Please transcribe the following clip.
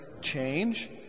change